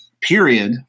period